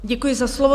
Děkuji za slovo.